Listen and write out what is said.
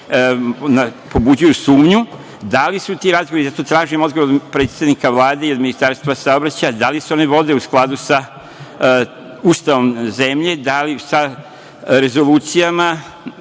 pobuđuju sumnju da li su ti razgovori, zato tražim odgovor od predsednika Vlade i od Ministarstva saobraćaja da li se oni vode u skladu sa Ustavom zemlje, da li sa rezolucijama